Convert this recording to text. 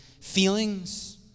feelings